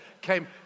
came